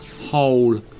whole